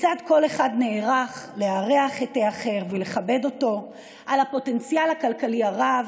כיצד כל אחד נערך לארח את האחר ולכבד אותו ועל הפוטנציאל הכלכלי הרב,